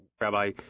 Rabbi